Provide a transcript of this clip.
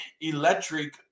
electric